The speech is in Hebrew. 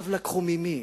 לקחו ממי?